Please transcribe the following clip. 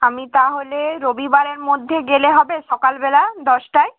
আমি তাহলে রবিবারের মধ্যে গেলে হবে সকালবেলা দশটায়